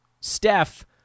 Steph